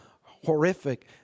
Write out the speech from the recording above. horrific